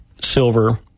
silver